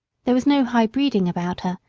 there was no high breeding about her,